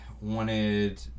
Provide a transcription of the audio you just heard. wanted